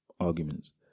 arguments